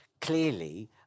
Clearly